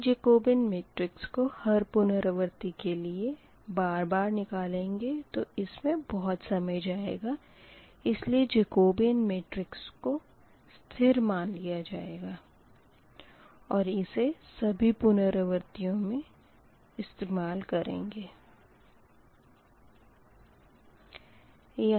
अगर Jacobian matrix को हर पुनरावर्ती के लिए बार बार निकालेंगे तो इसमें बहुत समय जाएगा इसलिए जकोबीयन मेट्रिक्स को स्थिर मान लिया जाएगा और इसे सभी पुनरवर्तियों में इस्तेमाल करेंगे है